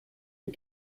les